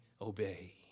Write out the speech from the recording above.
obey